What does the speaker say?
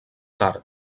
tard